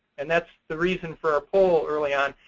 and that's the reason for our poll early on.